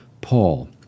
Paul